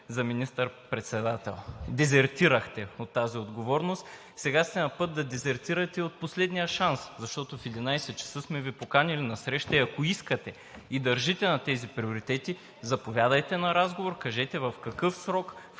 за министър председател, дезертирахте от тази отговорност. Сега сте на път да дезертирате от последния шанс, защото в 11,00 ч. сме Ви поканили на среща и ако искате, и държите на тези приоритети, заповядайте на разговор, кажете в какъв срок,